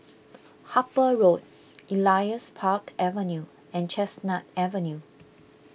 Harper Road Elias Park Avenue and Chestnut Avenue